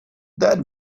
that